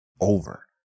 over